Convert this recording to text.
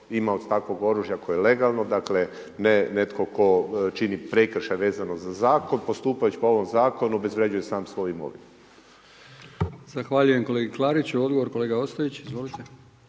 imaoc takvog oružja koje je legalno, dakle, ne netko tko čini prekršaj vezano za zakon, postupajući po ovom zakonu obezvređuje sam svoju imovinu. **Brkić, Milijan (HDZ)** Zahvaljujem kolegi Klariću. Odgovor kolega Ostojić.